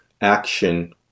action